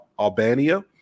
Albania